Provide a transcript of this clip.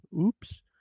oops